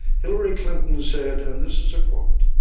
hillary clinton said and this is a quote